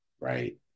right